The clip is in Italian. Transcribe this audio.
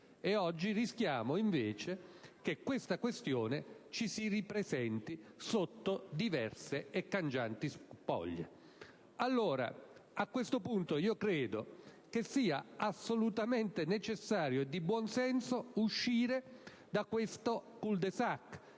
Oggi, rischiamo invece che questa questione ci si ripresenti sotto diverse e cangianti spoglie. A questo punto, ritengo assolutamente necessario e di buonsenso uscire da questo *cul de sac*